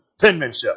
penmanship